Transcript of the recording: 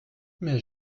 mais